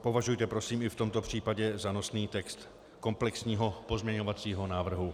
Považujte prosím i v tomto případě za nosný text komplexního pozměňovacího návrhu.